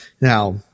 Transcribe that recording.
Now